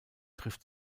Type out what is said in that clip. trifft